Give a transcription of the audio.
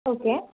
okay